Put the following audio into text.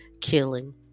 killing